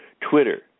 Twitter